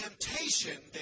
temptation